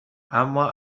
اما